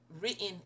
written